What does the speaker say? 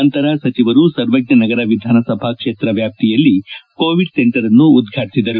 ನಂತರ ಸಚಿವರು ಸರ್ವಜ್ಞನಗರ ವಿಧಾನ ಸಭಾ ಕ್ಷೇತ್ರ ವ್ಯಾಪ್ತಿಯಲ್ಲಿ ಕೋವಿಡ್ ಸೆಂಟರ್ನ್ನು ಉದ್ವಾಟಿಸಿದರು